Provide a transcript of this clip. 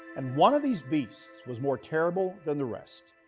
and one of these beasts was more terrible than the rest.